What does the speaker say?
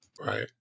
Right